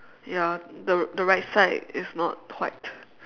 ya the the right side is not white